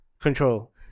control